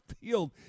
field